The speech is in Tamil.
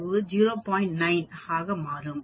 9n ஆக மாறும்